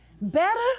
better